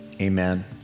Amen